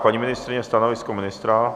Paní ministryně, stanovisko ministra?